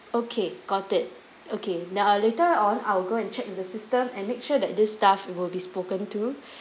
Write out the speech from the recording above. okay got it okay now or later on I'll go and check with the system and make sure that this staff will be spoken to